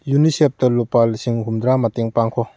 ꯌꯨꯅꯤꯁꯦꯞꯇ ꯂꯨꯄꯥ ꯂꯤꯁꯤꯡ ꯍꯨꯝꯗ꯭ꯔꯥ ꯃꯇꯦꯡ ꯄꯥꯡꯈꯣ